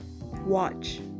watch